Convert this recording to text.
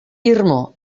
irmo